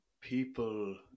people